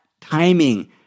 timing